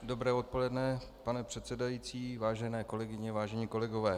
Dobré odpoledne, pane předsedající, vážené kolegyně, vážení kolegové.